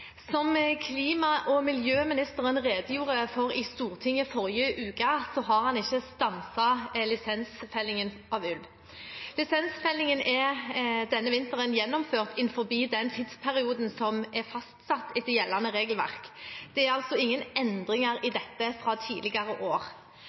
Som klima- og miljøministeren redegjorde for i Stortinget forrige uke, har han ikke stanset lisensfellingen av ulv. Lisensfellingen er denne vinteren gjennomført innenfor den tidsperioden som er fastsatt etter gjeldende regelverk. Det er altså ingen endringer i